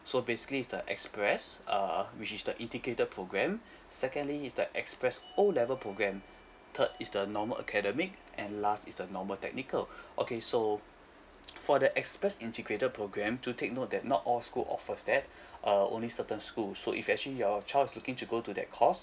so basically is the express uh which is the integrated program secondly is the express O level program third is the normal academic and last is the normal technical okay so for the express integrated program to take note that not all school offers that uh only certain school so if you actually your child is looking to go to that course